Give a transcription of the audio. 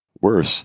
Worse